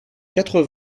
quatre